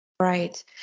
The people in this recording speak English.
Right